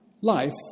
Life